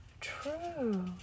True